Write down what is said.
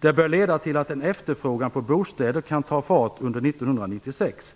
Det bör leda till att efterfrågan på bostäder kan ta fart under 1996.